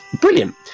Brilliant